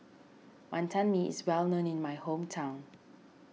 Wantan Mee is well known in my hometown